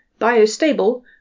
biostable